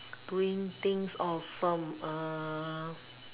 doing things often err